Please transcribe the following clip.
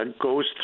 goes